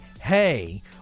hey